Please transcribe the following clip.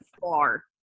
far